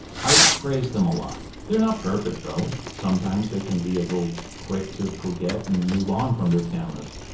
i praise them a lot. they're not perfect though. sometimes they can be a little quick to forget and move on from their cameras.